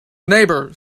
neighbour